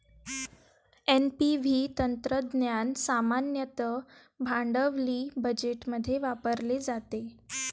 NPV तंत्रज्ञान सामान्यतः भांडवली बजेटमध्ये वापरले जाते